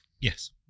yes